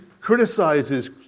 criticizes